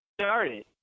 started